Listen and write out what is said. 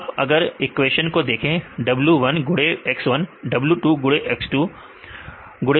तो आप अगर इक्वेशन को देखें w1 गुडे x1 w2 गुडे x2 गुडे w3 गुडे x3